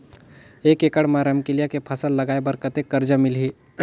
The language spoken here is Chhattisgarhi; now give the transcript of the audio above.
एक एकड़ मा रमकेलिया के फसल लगाय बार कतेक कर्जा मिलही?